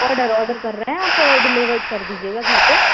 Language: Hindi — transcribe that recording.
ऑर्डर ऑर्डर कर रहे हैं आप डिलीवर कर दीजिएगा घर पर